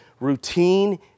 routine